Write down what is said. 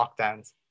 lockdowns